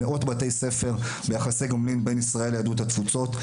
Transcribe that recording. מאות בתי ספר ויחסי גומלין בין ישראל ליהדות התפוצות.